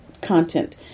content